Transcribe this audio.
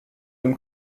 dem